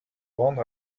rendre